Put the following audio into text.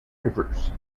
rivers